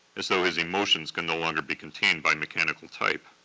as though his emotions can no longer be contained by mechanical type.